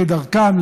כדרכם,